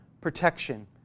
protection